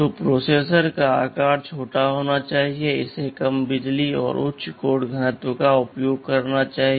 तो प्रोसेसर का आकार छोटा होना चाहिए इसे कम बिजली और उच्च कोड घनत्व का उपभोग करना चाहिए